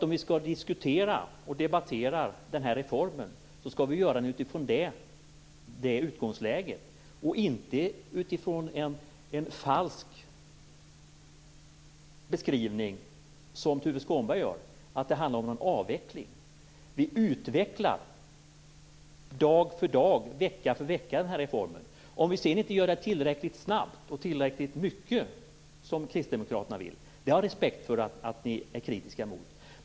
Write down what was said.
Om vi skall diskutera den här reformen måste vi göra det utifrån det utgångsläget och inte utifrån en falsk beskrivning såsom Tuve Skånberg gör. Han säger att det handlar om en avveckling. Vi utvecklar reformen dag för dag och vecka för vecka. Om det sedan inte sker tillräckligt snabbt och tillräckligt mycket enligt kristdemokraterna har jag respekt för den kritiken.